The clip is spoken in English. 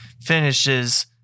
finishes